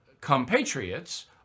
compatriots